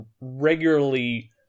regularly